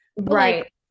Right